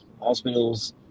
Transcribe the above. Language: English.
Hospitals